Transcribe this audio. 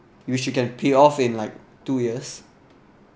which you can pay off in like two years